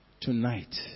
Tonight